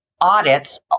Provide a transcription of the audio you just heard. audits